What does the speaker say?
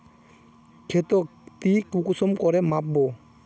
खेतोक ती कुंसम करे माप बो?